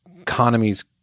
economies